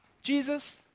Jesus